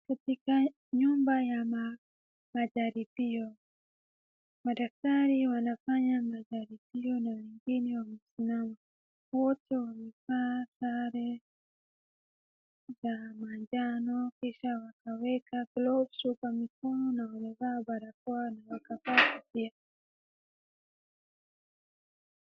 Katika nyumba ya majaribio. Madaktari wanafanya majaribio na wengine wamesimama. Wote wamevaa sare za manjano kisha wakaweka gloves kwa mikono na wamevaa barakoa na wakavaa kofia.